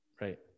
Right